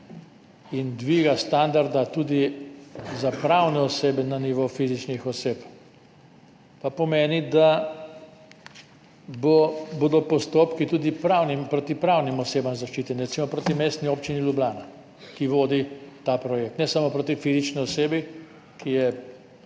in dviga standarda tudi za pravne osebe na nivo fizičnih oseb pa pomeni, da bodo postopki tudi proti pravnim osebam zaščiteni. Recimo proti Mestni občini Ljubljana, ki vodi ta projekt, ne samo proti fizični osebi, ki